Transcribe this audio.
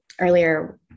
earlier